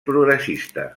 progressista